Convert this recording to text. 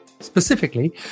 Specifically